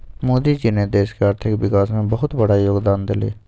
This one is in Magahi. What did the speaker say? मोदी जी ने देश के आर्थिक विकास में बहुत बड़ा योगदान देलय